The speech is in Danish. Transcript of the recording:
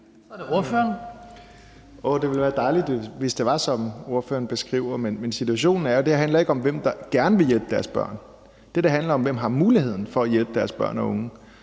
Dragsted (EL): Det ville være dejligt, hvis det var sådan, som ordføreren beskriver det. Men situationen er jo, at det handler om, hvem det er, der gerne vil hjælpe deres børn. Det, det handler om, er, hvem der har muligheden for at hjælpe deres børn og unge,